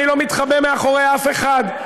אני לא מתחבא מאחורי אף אחד.